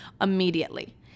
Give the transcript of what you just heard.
immediately